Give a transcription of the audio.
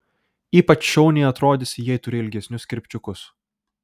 ypač šauniai atrodysi jei turi ilgesnius kirpčiukus